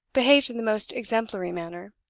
behaved in the most exemplary manner.